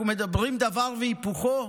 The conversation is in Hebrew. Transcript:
אנחנו אומרים דבר והיפוכו.